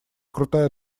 крутая